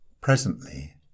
Presently